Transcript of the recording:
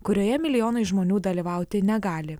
kurioje milijonai žmonių dalyvauti negali